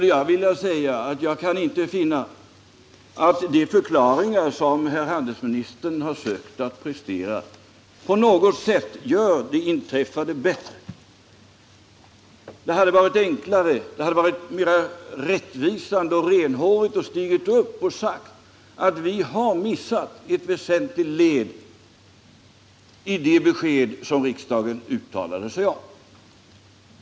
Jag kan inte finna att de förklaringar som handelsministern här kunnat prestera på något sätt gör det inträffade bättre. Det hade varit enklare, mer rättvisande och mer renhårigt att stiga upp och säga: Vi har missat ett väsentligt led i det besked som riksdagen uttalade sig om.